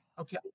Okay